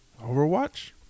Overwatch